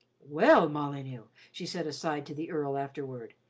well, molyneux, she said aside to the earl afterward,